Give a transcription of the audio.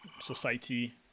society